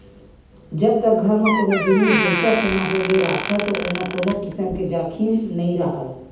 जब तक घर म कोनो जिनिस जइसा सोना होगे रखाय हे त ओमा कोनो किसम के जाखिम नइ राहय